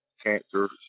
cancer